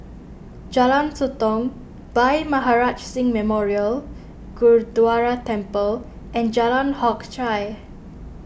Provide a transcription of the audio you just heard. Jalan Sotong Bhai Maharaj Singh Memorial Gurdwara Temple and Jalan Hock Chye